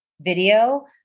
video